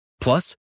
Plus